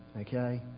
okay